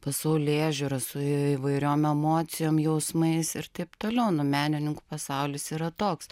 pasaulėžiūra su įvairiom emocijom jausmais ir taip toliau nu menininkų pasaulis yra toks